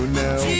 now